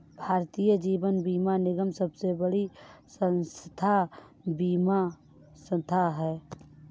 भारतीय जीवन बीमा निगम सबसे बड़ी स्वास्थ्य बीमा संथा है